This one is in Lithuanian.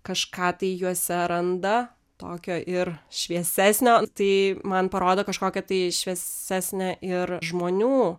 kažką tai juose randa tokio ir šviesesnio tai man parodo kažkokią tai šviesesnę ir žmonių